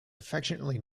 affectionately